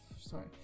Sorry